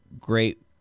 great